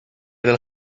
del